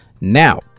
Now